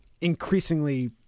increasingly